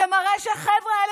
שמראה שהחבר'ה האלה,